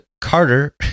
Carter